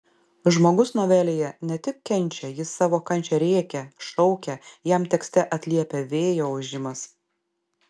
žmogus novelėje ne tik kenčia jis savo kančią rėkia šaukia jam tekste atliepia vėjo ūžimas